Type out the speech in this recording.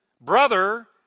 brother